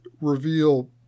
reveal